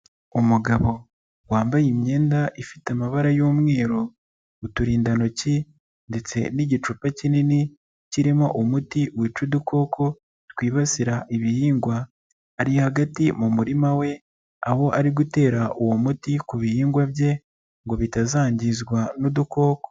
Umugabo wambaye imyenda ifite amabara y'umweru, uturindantoki, ndetse n'igicupa kinini kirimo umuti wica udukoko twibasira ibihingwa, ari hagati mu murima we aho ari gutera uwo muti ku bihingwa bye ngo bitazangizwa n'udukoko.